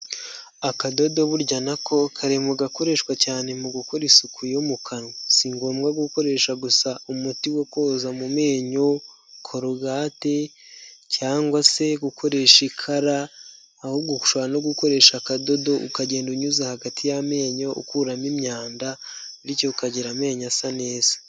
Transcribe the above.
Akadodo burya nako kari mu gakoreshwa cyane mu gukora isuku yo mu kanwa, si ngombwa gukoresha gusa umuti wo koza mu menyo korugate cyangwa se gukoresha ikara, ahubwo ushobora no gukoresha akadodo ukagenda unyuza hagati y'amenyo ukuramo imyanda, bityo ukagira amenyo asa neza.